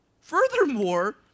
Furthermore